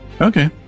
Okay